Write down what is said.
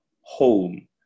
home